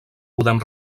podem